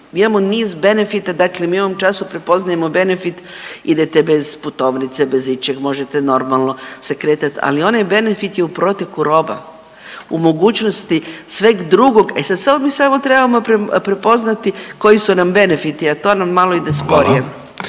mi imamo niz benefita, dakle mi u ovom času prepoznajemo benefit, idete bez putovnice, bez ičeg, možete normalno se kretat, ali onaj benefit je u proteku roba, u mogućnosti sveg drugog, e sad samo mi samo trebamo prepoznati koji su nam benefiti, a to nam malo ide sporije.